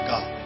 God